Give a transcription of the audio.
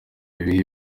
ibi